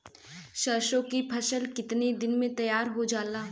सरसों की फसल कितने दिन में तैयार हो जाला?